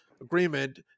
agreement